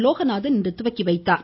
லோகநாதன் இன்று துவக்கி வைத்தார்